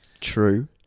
True